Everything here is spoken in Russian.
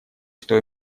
что